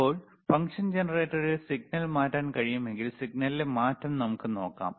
ഇപ്പോൾ ഫംഗ്ഷൻ ജനറേറ്ററിൽ സിഗ്നൽ മാറ്റാൻ കഴിയുമെങ്കിൽ സിഗ്നലിലെ മാറ്റം നമുക്ക് നോക്കാം